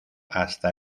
hasta